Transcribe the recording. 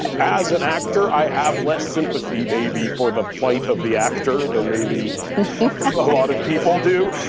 as an actor, i have less sympathy, maybe, for the plight of the actor than maybe a lot of people do.